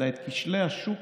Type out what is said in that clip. אלא את כשלי השוק